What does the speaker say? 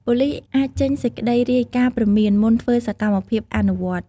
ប៉ូលិសអាចចេញសេចក្តីរាយការណ៍ព្រមាន មុនធ្វើសកម្មភាពអនុវត្ត។